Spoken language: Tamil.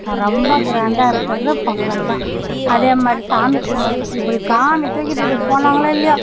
ரொம்ப க்ராண்டாக இருக்கிறது பொங்கல் தான் அதே மாதிரி சாமி தூக்கு இப்படி சாமி தூக்கிட்டு இப்படி போனாங்களா இல்லையோ